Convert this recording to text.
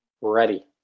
Ready